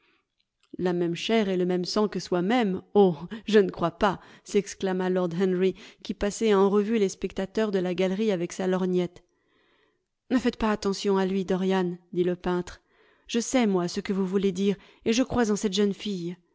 la même chair et le même sang que soi-même oh je ne crois pas s'exclama lord henry qui passait en revue les spectateurs de la galerie avec sa lorgnette ne faites pas attention à lui dorian dit le peintre je sais moi ce que vous voulez dire et je crois en cette jeune fdle